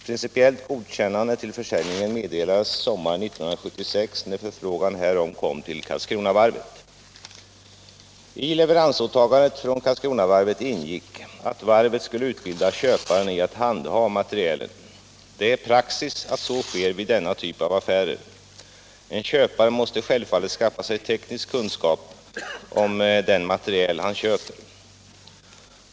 Principiellt godkännande till försäljningen meddelades sommaren 1976 när förfrågan härom kom från Karlskronavarvet. I leveransåtagandet från Karlskronavarvet ingick att varvet skall utbilda köparen i att handha materielen. Det är praxis att så sker vid denna typ av affärer. En köpare måste självfallet skaffa sig teknisk kunskap om den materiel han köper.